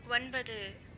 ஒன்பது